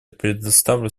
предоставлю